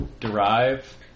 derive